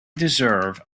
deserve